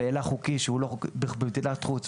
בהילך חוקי במדינת חוץ,